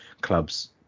clubs